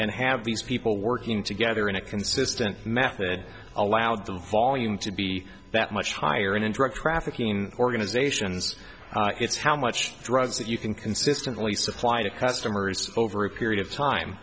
have these people working together in a consistent method allowed the volume to be that much higher in drug trafficking organizations it's how much drugs that you can consistently supply to customers over a period of time